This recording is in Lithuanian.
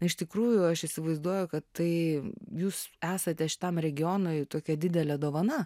iš tikrųjų aš įsivaizduoju kad tai jūs esate šitam regionui tokia didelė dovana